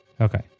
Okay